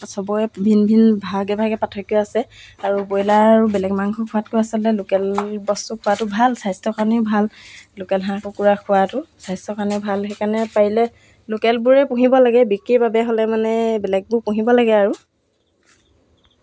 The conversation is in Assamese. ত' তেওঁলোকলৈ মই কুৰিয়াৰ যোগে অৰ্ডাৰবোৰ পঠিয়াওঁ আচলতে মই বহুতখিনিয়ে সফল হৈছোঁ বৰ্তমান সময়লৈকে মই মই এটা মোবাইল আঠ হেজাৰ টকা দি ল'ব পাৰিলোঁ মই ব্যৱসায় কৰি পিনি এনেদৰে ব্যৱসায় কৰি পিনি তাৰপিছত মই আৰু